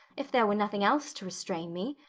if there were nothing else to restrain me.